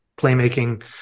playmaking